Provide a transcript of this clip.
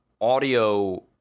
audio